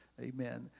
Amen